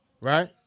right